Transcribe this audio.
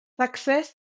success